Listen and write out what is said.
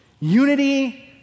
unity